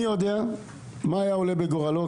מי יודע מה היה עולה בגורלו?